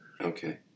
Okay